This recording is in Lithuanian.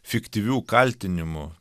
fiktyvių kaltinimų